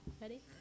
Ready